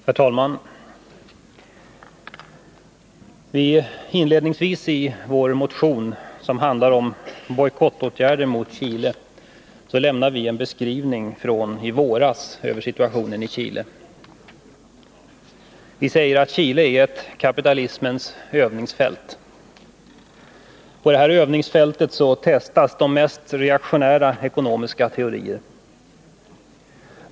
Herr talman! Inledningsvis lämnar vi i vår motion som handlar om bojkottåtgärder mot Chile en beskrivning från i våras över situationen i Chile. Vi säger att Chile är ett kapitalismens övningsfält. På detta övningsfält testas de mest reaktionära ekonomiska teorier.